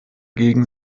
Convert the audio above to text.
gegen